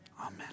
Amen